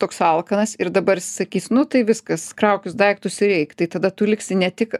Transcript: toks alkanas ir dabar sakys nu tai viskas kraukis daiktus ir eik tai tada tu liksi ne tik